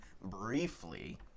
briefly